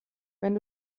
wenn